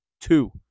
Two